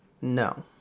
no